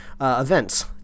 events